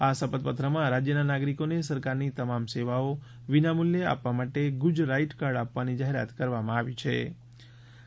આ શપથ પત્રમાં રાજ્યના નાગરિકોને સરકારની તમામ સેવાઓ વિનામૂલ્યે આપવા માટે ગુજ રાઇટ કાર્ડ આપવાની જાહેરાત કરવામાં આવી છિ